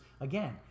again